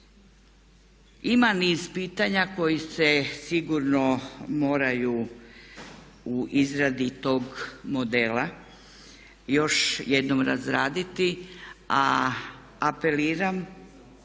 Ima niz pitanja koji se sigurno moraju u izradi tog modela još jednom razraditi a apeliram